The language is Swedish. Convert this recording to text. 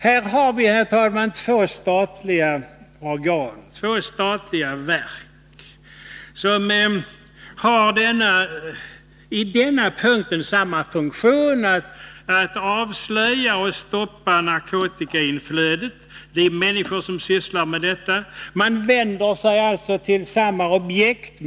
Här har vi, herr talman, två statliga verk, där personalen som sysslar med denna fråga har samma funktion, dvs. att avslöja och stoppa narkotikainflödet. De båda verken vänder sig mot samma objekt.